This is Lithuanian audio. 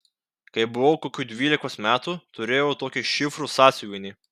kai buvau kokių dvylikos metų turėjau tokį šifrų sąsiuvinį